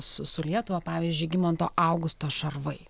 su su lietuva pavyzdžiui žygimanto augusto šarvai